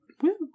Woo